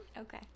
Okay